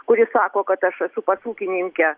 kuris sako kad aš esu pas ūkininkę